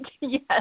yes